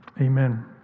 Amen